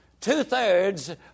Two-thirds